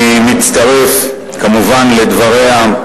אני מצטרף, כמובן, לדבריה,